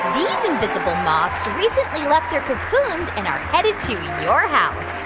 these invisible moths recently left their cocoons and are headed to your house.